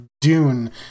Dune